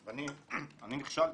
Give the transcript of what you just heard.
אני נכשלתי.